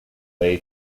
well